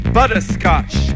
butterscotch